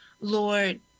Lord